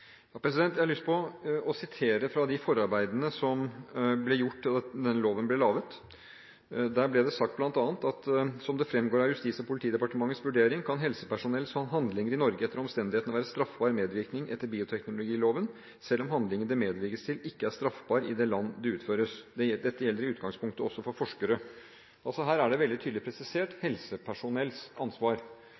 å sitere fra de forarbeidene som ble gjort da loven ble laget. Der ble det bl.a. sagt: «Som det fremgår av Justis- og politidepartementets vurdering kan helsepersonells handlinger i Norge etter omstendighetene være straffbar medvirkning etter bioteknologiloven selv om handlingen det medvirkes til ikke er straffbar i det land der den utføres. Dette gjelder i utgangspunktet også for forskere.» Her er helsepersonells ansvar veldig tydelig presisert.